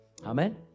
Amen